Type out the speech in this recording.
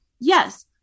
Yes